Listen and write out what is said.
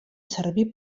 servir